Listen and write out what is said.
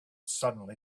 suddenly